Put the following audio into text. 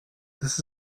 this